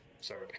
Sorry